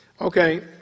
Okay